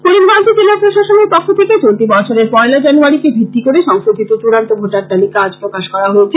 করিমগঞ্জ জেলা প্রশাসনের পক্ষ থেকে চলতি বছরের পয়লা জানুয়ারীকে ভিত্তি করে সংশোধিত চড়ান্ত ভোটার তালিকা আজ প্রকাশ করা হয়েছে